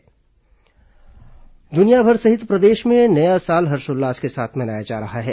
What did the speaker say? नववर्ष स्वागत दुनियाभर सहित प्रदेश में नया साल हर्षोल्लास के साथ मनाया जा रहा है